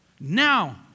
Now